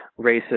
racist